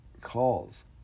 calls